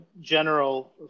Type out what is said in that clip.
general